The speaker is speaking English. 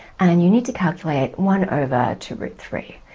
and you need to calculate one over two root three.